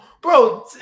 bro